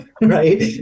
right